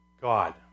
God